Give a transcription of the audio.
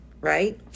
right